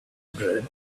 bread